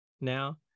now